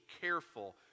careful